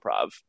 improv